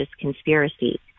conspiracy